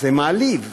זה מעליב.